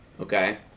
okay